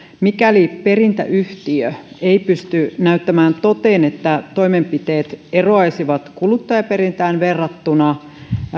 mikäli perintäyhtiö ei pysty näyttämään toteen että toimenpiteet eroaisivat kuluttajaperintään verrattuna